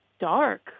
dark